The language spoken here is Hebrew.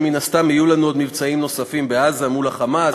מן הסתם יהיו לנו מבצעים נוספים בעזה מול ה"חמאס",